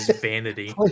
vanity